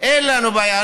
אין לנו בעיה.